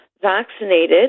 vaccinated